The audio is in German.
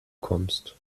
kommst